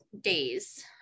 days